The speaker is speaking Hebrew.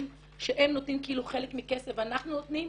שהם נותנים כאילו חלק מכסף ואנחנו נותנים.